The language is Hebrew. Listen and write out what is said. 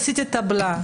עשיתי טבלה,